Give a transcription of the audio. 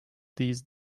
these